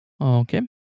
okay